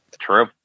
True